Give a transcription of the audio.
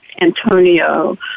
Antonio